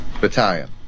battalion